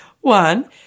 One